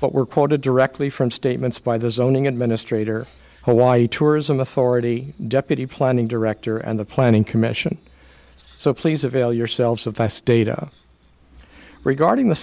but were quoted directly from statements by the zoning administrator hawaii tourism authority deputy planning director and the planning commission so please avail yourselves of the data regarding the